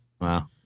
Wow